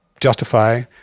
justify